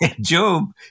Job